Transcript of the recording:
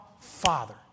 Father